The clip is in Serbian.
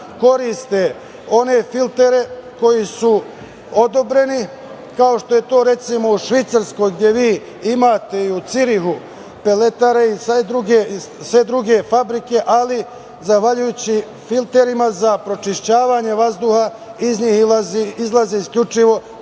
koriste one filtere koji su odobreni, kao što je to, recimo, u Švajcarskoj, gde vi imate i u Cirihu peletare i sve druge fabrike, ali zahvaljujući filterima za pročišćavanje vazduha iz njih izlazi isključivo